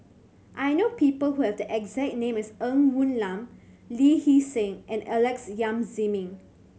I know people who have the exact name as Ng Woon Lam Lee Hee Seng and Alex Yam Ziming